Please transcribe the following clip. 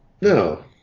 No